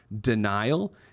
denial